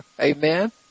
amen